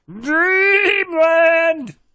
Dreamland